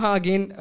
again